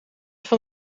van